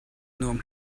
nuam